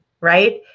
right